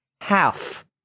half